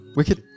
Wicked